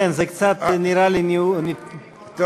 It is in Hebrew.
כן, זה קצת נראה לי, נכון.